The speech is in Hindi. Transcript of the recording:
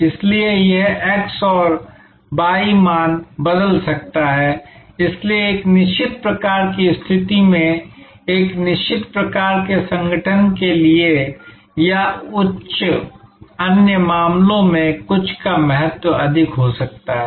इसलिए यह x और y मान बदल सकता है इसलिए एक निश्चित प्रकार की स्थिति में एक निश्चित प्रकार के संगठन के लिए या उच्च अन्य मामलों में कुछ का महत्व अधिक हो सकता है